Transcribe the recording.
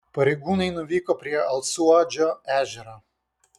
pareigūnai nuvyko prie alsuodžio ežero